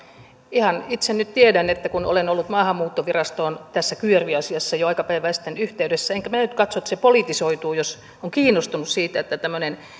ihan itse nyt tiedän että kun olen ollut maahanmuuttovirastoon tässä kyyjärvi asiassa jo aika päivää sitten yhteydessä enkä minä nyt katso että se politisoituu jos on kiinnostunut siitä että tämmöinen